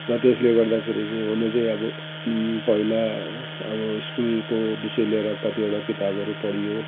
र त्यसले गर्दाखेरि चाहिँ हुन चाहिँ अब पहिला अब स्कुलको विषय लिएर कतिवटा किताबहरू पढियो